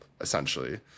essentially